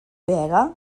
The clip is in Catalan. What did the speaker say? pega